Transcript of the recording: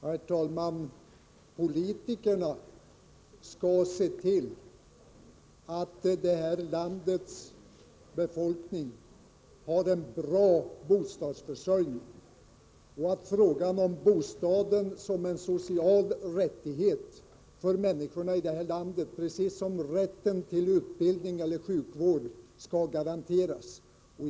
Herr talman! Politikerna skall se till att det här landets befolkning har en bra bostadsförsörjning och att bostaden som en social rättighet för människorna garanteras, precis som rätten till utbildning eller sjukvård garanterats dem.